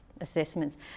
assessments